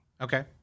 Okay